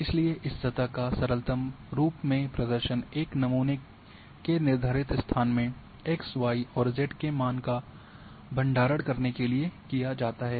इसलिए इस सतह का सरलतम रूप में प्रदर्शन एक नमूने के निर्धारित स्थान में x y और z के मान का भंडारण करने में किया जाता है